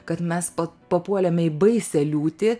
kad mes pa papuolėme į baisią liūtį